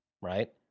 Right